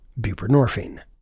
buprenorphine